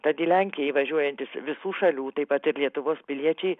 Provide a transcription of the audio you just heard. tad į lenkiją įvažiuojantys visų šalių taip pat ir lietuvos piliečiai